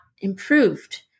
improved